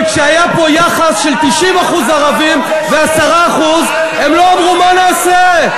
כי כשהיה פה יחס של 90% ו-10% הם לא אמרו: מה נעשה?